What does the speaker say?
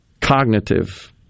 cognitive